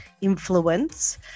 influence